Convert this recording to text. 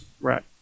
Right